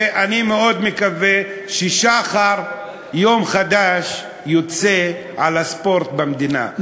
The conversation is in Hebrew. ואני מאוד מקווה שזהו שחר של יום חדש לספורט במדינה,